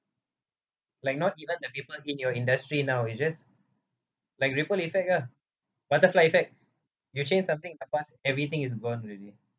like not even the people in your industry now you just like ripple effect ah butterfly effect you change something bypass everything is gone already